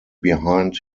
behind